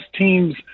teams